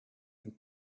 and